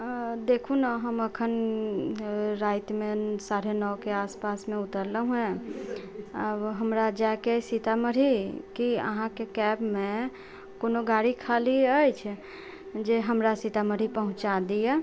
देखू ना हम अखन राति मे साढ़े नओ के आसपास मे उतरलहुॅं हँ आब हमरा जायके अय सीतामढ़ी की अहाँके कैब मे कोनो गाड़ी खाली अछि जे हमरा सीतामढ़ी पहुँचा दिया